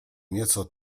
nieco